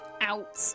out